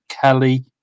Kelly